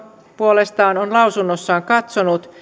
puolestaan on lausunnossaan katsonut